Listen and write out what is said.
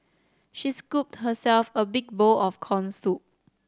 she scooped herself a big bowl of corn soup